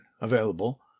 available